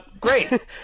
great